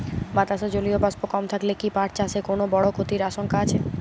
বাতাসে জলীয় বাষ্প কম থাকলে কি পাট চাষে কোনো বড় ক্ষতির আশঙ্কা আছে?